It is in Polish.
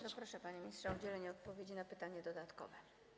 Bardzo proszę, panie ministrze, o udzielenie odpowiedzi na pytanie dodatkowe.